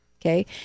okay